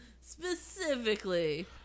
specifically